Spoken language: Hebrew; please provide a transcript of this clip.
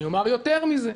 אני אומר יותר מזה,